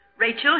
Rachel